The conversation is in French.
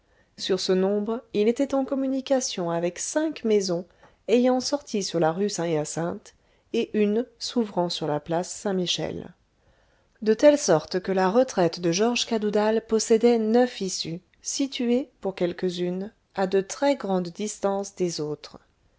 sur ce nombre il était en communication avec cinq maisons ayant sortie sur la rue saint hyacinthe et une s'ouvrant sur la place saint-michel de telle sorte que la retraite de georges cadoudal possédait neuf issues situées pour quelques-unes à de très grandes distances des autres